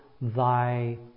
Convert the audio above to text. thy